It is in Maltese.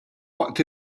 waqt